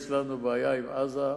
יש לנו בעיה עם עזה,